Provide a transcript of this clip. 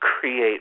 Create